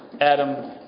Adam